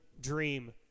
dream